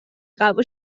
قبول